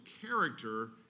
character